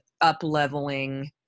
up-leveling